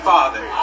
Father